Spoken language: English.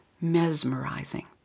mesmerizing